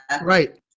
Right